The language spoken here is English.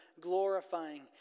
glorifying